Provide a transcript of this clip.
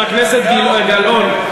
חבר הכנסת גילאון,